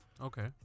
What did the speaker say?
Okay